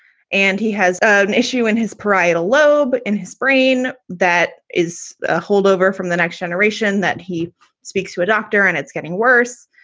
and he has ah an issue in his parietal lobe, in his brain that is a holdover from the next generation that he speaks to a doctor and it's getting worse.